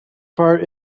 part